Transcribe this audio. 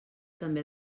també